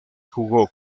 jugó